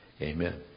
Amen